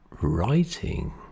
writing